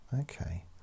Okay